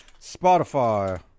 Spotify